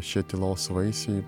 šie tylos vaisiai